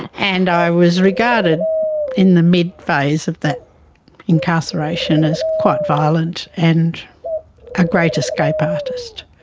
and i was regarded in the mid-phase of that incarceration as quite violent and a great escape artist.